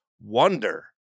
wonder